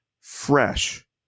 fresh